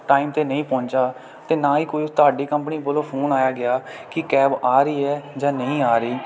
time 'ਤੇ ਨਹੀ ਪਹੁੰਚਿਆ ਅਤੇ ਨਾ ਹੀ ਕੋਈ ਤੁਹਾਡੀ ਕੰਪਨੀ ਵੱਲੋਂ ਫੋਨ ਆਇਆ ਗਿਆ ਕਿ ਕੈਬ ਆ ਰਹੀ ਹੈ ਜਾ ਨਹੀਂ ਆ ਰਹੀ